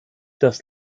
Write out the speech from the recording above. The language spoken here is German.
das